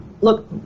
Look